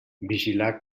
vigilar